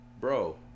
bro